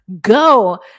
go